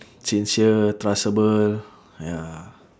sincere trustable ya